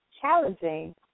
challenging